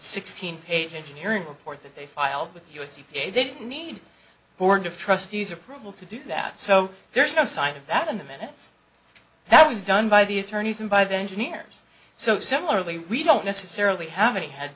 sixteen page engineering report that they filed with the u s u k they didn't need board of trustees approval to do that so there's no sign of that in the minutes that was done by the attorneys and by the engineers so similarly we don't necessarily have a head